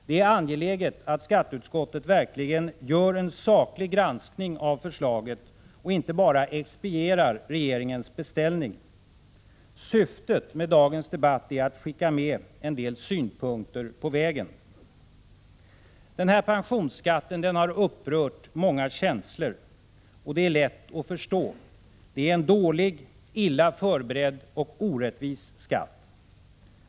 Det är angeläget att skatteutskottet verkligen gör en saklig granskning av förslaget och inte bara expedierar regeringens beställning. Syftet med dagens debatt är att skicka med en del synpunkter på vägen. Pensionsskatten har upprört många känslor. Det är lätt att förstå. Det är en dålig, illa förberedd och orättvis skatt.